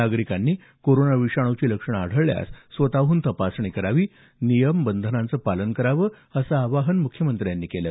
नागरिकांनी कोरोना विषाणूची लक्षणं आढळल्यास स्वतःहून तपासणी करावी नियम बंधनांचं पालन करावं असं आवाहन मुख्यमंत्र्यांनी केलं